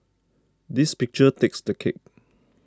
this picture takes the cake